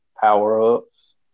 power-ups